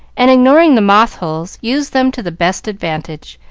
and ignoring the moth holes, used them to the best advantage,